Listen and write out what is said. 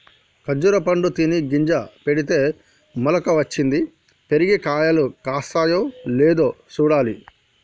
ఖర్జురా పండు తిని గింజ పెడితే మొలక వచ్చింది, పెరిగి కాయలు కాస్తాయో లేదో చూడాలి